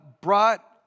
brought